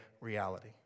reality